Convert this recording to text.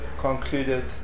concluded